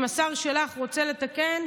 אם השר שלך רוצה לתקן,